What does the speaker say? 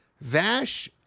Vash